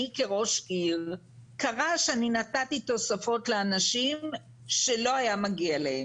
אני כראש עיר קרה שאני נתתי תוספות לאנשים שלא היה מגיע להם,